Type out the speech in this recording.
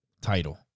title